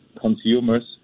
consumers